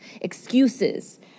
excuses